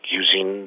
using